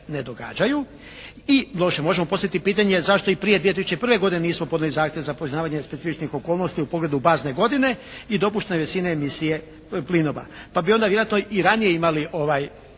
ne događaju. I doduše možemo postaviti pitanje zašto i prije 2001. godine nismo podnijeli zahtjev za … /Govornik se ne razumije./ … specifičnih okolnosti u pogledu bazne godine i dopuštene visine emisije plinova. Pa bi onda vjerojatno i ranije imali ovaj